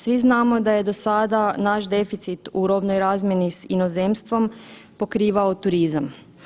Svi znamo da je do sada naš deficit u robnoj razmjeni s inozemstvom pokrivao turizam.